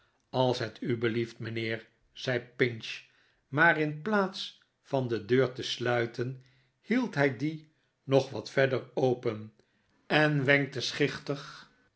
als het u belieft mijnheer zei pinch maar in plaats van de deur te sluiten hield hij die nog wat verder open en wenkte schichtig